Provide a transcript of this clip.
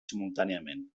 simultàniament